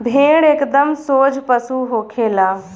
भेड़ एकदम सोझ पशु होखे ले